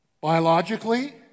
Biologically